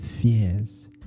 fears